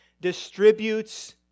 distributes